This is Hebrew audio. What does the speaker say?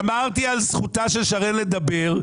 שמרתי על זכותה של שרן לדבר,